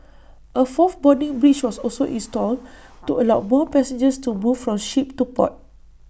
A fourth boarding bridge was also installed to allow more passengers to move from ship to port